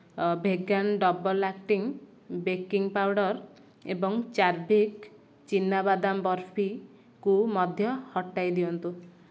vegan double acting baking powder ଏବଂ ଚାର୍ଭିକ ଚୀନା ବାଦାମ ବର୍ଫିକୁ ମଧ୍ୟ ହଟାଇଦିଅନ୍ତୁ